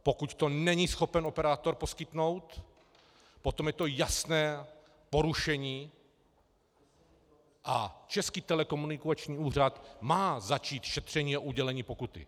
Pokud to není schopen operátor poskytnout, potom je to jasné porušení a Český telekomunikační úřad má začít šetření udělení pokuty.